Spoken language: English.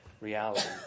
reality